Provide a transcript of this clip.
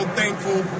thankful